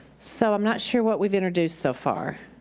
so i'm not sure what we've introduced so far.